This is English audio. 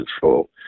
control